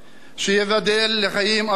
שייבדל לחיים ארוכים,